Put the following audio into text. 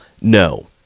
No